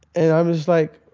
and i was like,